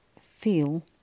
feel